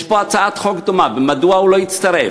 יש פה הצעת חוק דומה, מדוע הוא לא יצטרף?